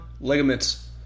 ligaments